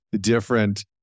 different